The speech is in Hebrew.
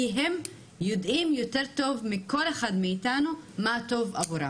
כי הם יודעים יותר טוב מכל אחד אחר מאתנו מה טוב עבורם.